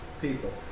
people